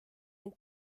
ning